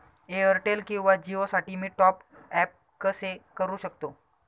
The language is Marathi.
एअरटेल किंवा जिओसाठी मी टॉप ॲप कसे करु शकतो?